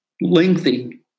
lengthy